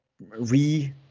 re